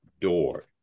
door